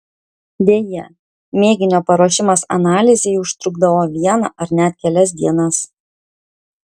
deja mėginio paruošimas analizei užtrukdavo vieną ar net kelias dienas